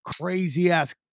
crazy-ass